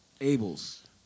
Abel's